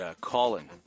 Colin